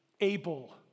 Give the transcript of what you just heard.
Able